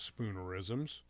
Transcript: spoonerisms